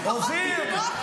לפחות --- אופיר,